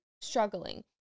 struggling